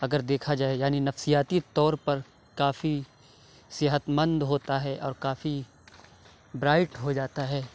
اگر دیکھا جائے یعنی نفسیاتی طور پر کافی صحت مند ہوتا ہے اور کافی برائٹ ہو جاتا ہے